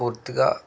పూర్తిగా